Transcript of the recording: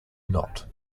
not